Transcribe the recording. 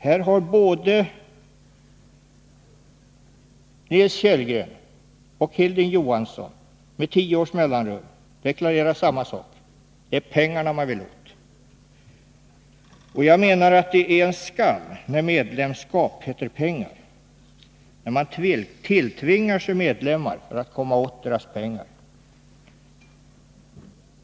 Här har både Nils Kellgren och Hilding Johansson med tio års mellanrum deklarerat samma sak: Det är pengarna man vill åt. Jag menar att det är en skam när medlemskap heter pengar, när man tilltvingar sig medlemmar för att komma åt deras pengar.